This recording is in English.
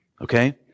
Okay